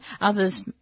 others